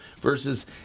versus